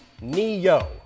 Neo